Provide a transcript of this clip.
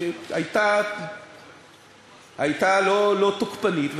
שהייתה לא תוקפנית,